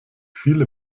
viele